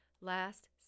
Last